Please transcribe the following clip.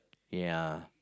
ya